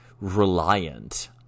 reliant